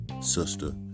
sister